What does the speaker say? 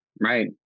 Right